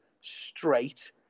straight